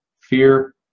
fear